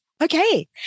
Okay